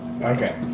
Okay